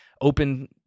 open